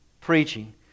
preaching